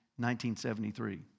1973